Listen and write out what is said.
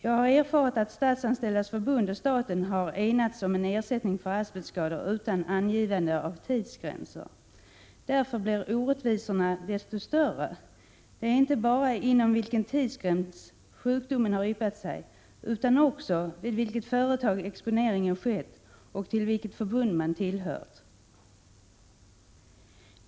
Jag har erfarit att Statsanställdas förbund och staten har enats om en ersättning för asbestskador utan angivande av tidsgränser. Därför blir orättvisorna desto större. Det har betydelse inte bara inom vilken tidsgräns sjukdomen har yppat sig utan också vid vilket företag exponeringen skett och vilket förbund man tillhört.